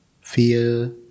fear